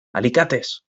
alicates